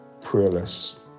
prayerless